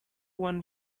one